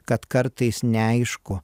kad kartais neaišku